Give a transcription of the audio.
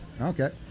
Okay